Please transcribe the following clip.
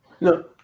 no